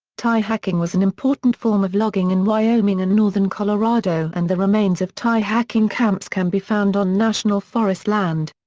tie hacking was an important form of logging in wyoming and northern colorado and the remains of tie hacking camps can be found on national forest land.